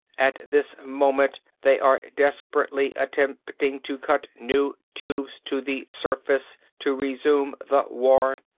at this moment they are desperately attempting to cut new tubes to the surface, to resume the war.